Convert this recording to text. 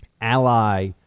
ally